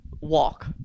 walk